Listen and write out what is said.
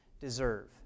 deserve